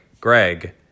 Greg